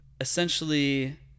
essentially